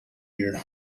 year